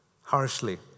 harshly